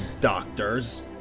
doctors